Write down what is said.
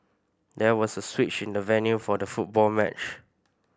there was a switch in the venue for the football match